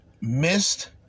missed